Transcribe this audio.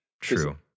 true